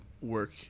work